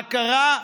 מה קרה?